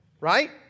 right